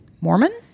Mormon